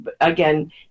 again